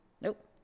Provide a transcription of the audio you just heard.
nope